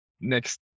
next